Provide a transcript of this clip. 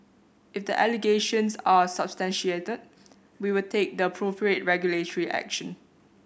if the allegations are substantiated we will take the appropriate regulatory action